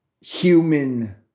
human